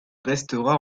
restera